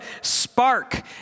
spark